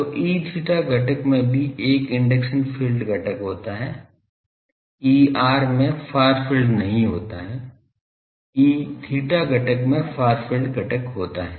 तो Eθ घटक में भी एक इंडक्शन फील्ड घटक होता है Er में फार फील्ड नहीं होता है Eθ घटक में फार फील्ड घटक होता है